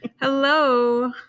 Hello